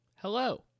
Hello